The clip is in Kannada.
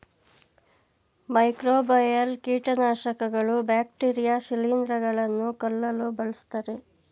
ಮೈಕ್ರೋಬಯಲ್ ಕೀಟನಾಶಕಗಳು ಬ್ಯಾಕ್ಟೀರಿಯಾ ಶಿಲಿಂದ್ರ ಗಳನ್ನು ಕೊಲ್ಲಲು ಬಳ್ಸತ್ತರೆ